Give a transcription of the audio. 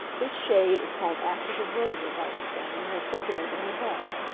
this shade is called ashes of roses, i explained, as i slipped it over her head.